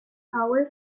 power